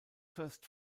first